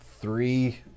three